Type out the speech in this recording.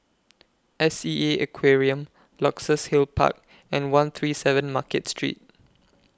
S E A Aquarium Luxus Hill Park and one three seven Market Street